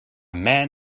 man